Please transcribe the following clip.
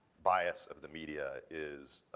bias of the media is,